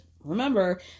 Remember